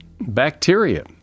Bacteria